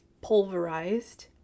pulverized